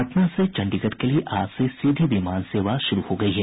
पटना से चंडीगढ़ के लिये आज से सीधी विमान सेवा शुरू हो गयी है